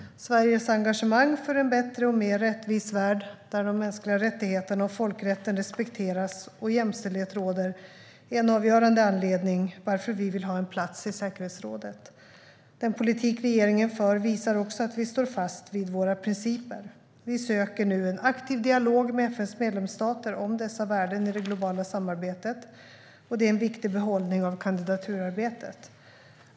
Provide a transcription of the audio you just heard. Sveriges engagemang för en bättre och mer rättvis värld, där de mänskliga rättigheterna och folkrätten respekteras och jämställdhet råder, är en avgörande anledning till att vi vill ha en plats i säkerhetsrådet. Den politik regeringen för visar också att vi står fast vid våra principer. Vi söker nu en aktiv dialog med FN:s medlemsstater om dessa värden i det globala samarbetet. Detta är en viktig behållning av kandidaturarbetet.